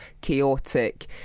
chaotic